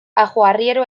ajoarriero